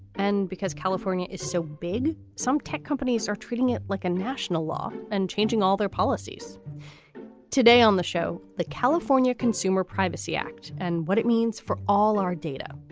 and because california is so big, some tech companies are treating it like a national law and changing all their policies today on the show. the california consumer privacy act and what it means for all our data.